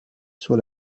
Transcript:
sur